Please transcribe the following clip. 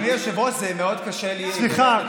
אדוני היושב-ראש, זה מאוד קשה לי לדבר.